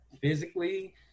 physically